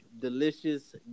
delicious